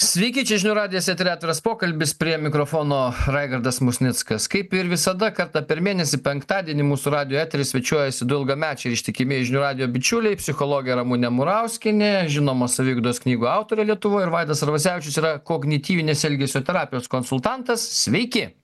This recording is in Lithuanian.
sveiki čia žinių radijas etery atviras pokalbis prie mikrofono raigardas musnickas kaip ir visada kartą per mėnesį penktadienį mūsų radijo etery svečiuojasi du ilgamečiai ir ištikimi žinių radijo bičiuliai psichologė ramunė murauskienė žinoma saviugdos knygų autorė lietuvoj ir vaidas arvasevičius yra kognityvinės elgesio terapijos konsultantas sveiki